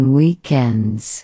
weekends